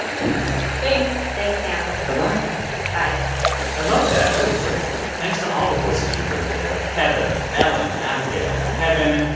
thanks thanks thanks, sam bye-bye bye i love that that was great thanks to all the voices you heard there heather, ellen, abigail heaven,